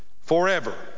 forever